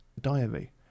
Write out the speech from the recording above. diary